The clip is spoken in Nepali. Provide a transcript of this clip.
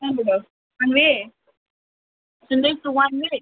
कहाँबाट वान वे सुन्दैछु वान वे